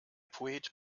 poet